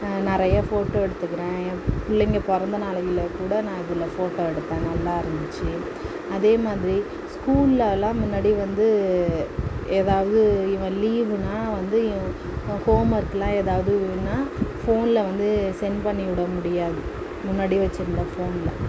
நிறையா ஃபோட்டோ எடுத்துக்கிறேன் என் பிள்ளைங்க பிறந்த நாளையில் கூட நான் இதில் ஃபோட்டோ எடுத்தேன் நல்லா இருந்துச்சு அதே மாதிரி ஸ்கூல்லெலாம் முன்னாடி வந்து ஏதாவது இவன் லீவுனால் வந்து யு ஹோம் ஒர்கெலாம் ஏதாவது இருந்ததுனால் ஃபோனில் வந்து சென்ட் பண்ணி விட முடியாது முன்னாடி வெச்சுருந்த ஃபோனில்